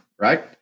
right